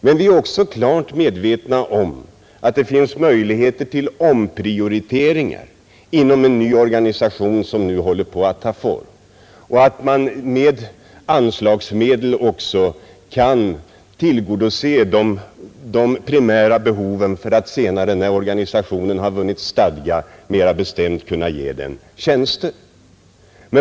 Men vi är också klart medvetna om att det finns möjligheter till omprioriteringar inom den nya organisation som nu håller på att ta form och att man med anslagsmedel kan tillgodose de primära behoven för att senare, när organisationen har vunnit stadga, mera bestämt kunna ge den tjänster.